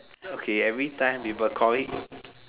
okay every time people call it